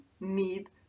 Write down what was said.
need